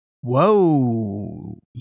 Whoa